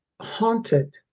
haunted